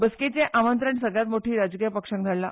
बसकेचें आमंत्रण सगळ्या मोठ्या राजकी पक्षांक धाडला